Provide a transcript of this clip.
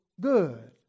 good